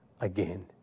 again